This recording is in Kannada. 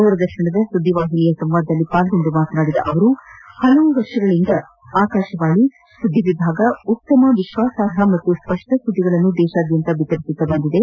ದೂರದರ್ಶನದ ಸುದ್ದಿ ವಾಹಿನಿಯ ಸಂವಾದದಲ್ಲಿ ಪಾಲ್ಗೊಂಡು ಮಾತನಾಡಿದ ಅವರು ಹಲವಾರು ವರ್ಷಗಳಿಂದ ಆಕಾಶವಾಣಿಯ ಸುದ್ದಿ ವಿಭಾಗ ಉತ್ತಮ ವಿಶ್ವಾಸಾರ್ಹತೆ ಮತ್ತು ಸ್ಪಷ್ಟ ಸುದ್ದಿಗಳನ್ನು ದೇಶಾದ್ಯಂತ ಬಿತ್ತರಿಸುತ್ತ ಬಂದಿದೆ